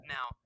Now